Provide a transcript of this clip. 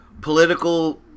political